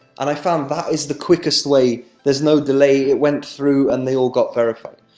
and i found that is the quickest way. there's no delay it went through, and they all got verified.